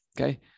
Okay